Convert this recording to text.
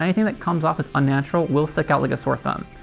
i mean that comes off as unnatural will stick out like a sore thumb.